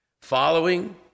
following